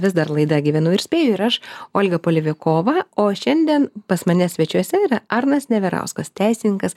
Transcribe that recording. vis dar laida gyvenu ir spėju ir aš olga polevikova o šiandien pas mane svečiuose yra arnas neverauskas teisininkas